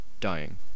dying